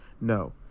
No